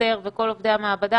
אסתר וכל עובדי המעבדה,